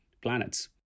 planets